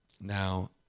Now